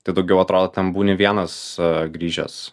tai daugiau atrodo ten būni vienas grįžęs